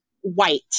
white